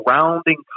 surrounding